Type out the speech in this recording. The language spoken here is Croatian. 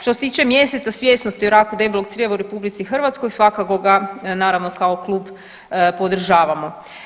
Što se tiče Mjeseca svjesnosti o raku debelog crijeva u RH svakako ga naravno kao klub podržavamo.